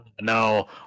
no